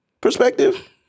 perspective